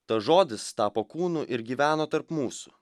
tas žodis tapo kūnu ir gyveno tarp mūsų